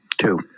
Two